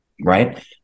right